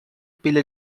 pilha